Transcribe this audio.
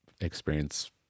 experience